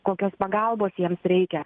kokios pagalbos jiems reikia